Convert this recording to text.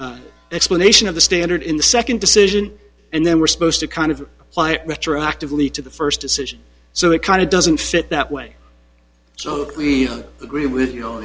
a explanation of the standard in the second decision and then we're supposed to kind of fly it retroactively to the first decision so it kind of doesn't fit that way so we agree with you know